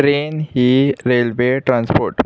train ही railway transport